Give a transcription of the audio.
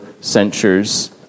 censures